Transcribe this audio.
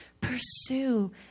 Pursue